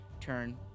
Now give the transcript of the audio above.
turn